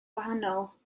wahanol